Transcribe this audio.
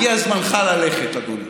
הגיע זמנך ללכת, אדוני.